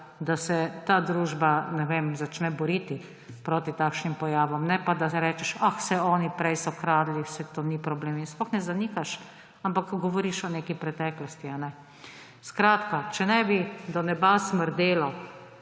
da se ta družba začne boriti proti takšnim pojavom, ne pa da rečeš, ah, saj oni prej so kradli, saj to ni problem, in sploh ne zanikaš, ampak govoriš o neki preteklosti. Skratka, če ne bi do neba smrdelo